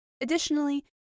Additionally